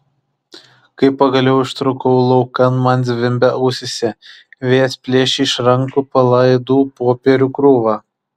kai pagaliau ištrūkau laukan man zvimbė ausyse vėjas plėšė iš rankų palaidų popierių krūvą